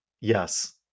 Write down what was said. Yes